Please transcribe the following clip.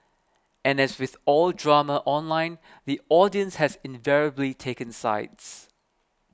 and as with all drama online the audience has invariably taken sides